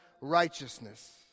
righteousness